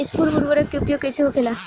स्फुर उर्वरक के उपयोग कईसे होखेला?